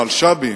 המלש"בים,